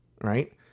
right